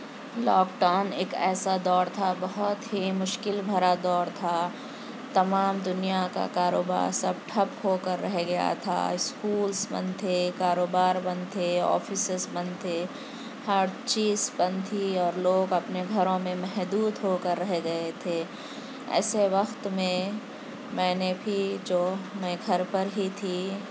lock down ایک ایسا دور تھا بہت ہی مشکل بھرا دور تھا تمام دنیا کا کاروبار سب ٹھپ ہو کر رہ گیا تھا اسکولس بند تھے کاروبار بند تھے آفیسز بند تھے ہر چیز بند تھی اور لوگ اپنے گھروں میں محدود ہو کر رہ گئے تھے ایسے وقت میں میں نے بھی جو میں گھر پر ہی تھی